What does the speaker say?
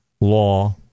law